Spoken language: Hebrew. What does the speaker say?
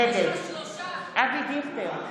נגד אבי דיכטר,